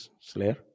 slayer